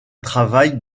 travaille